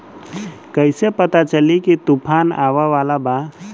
कइसे पता चली की तूफान आवा वाला बा?